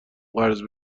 قرض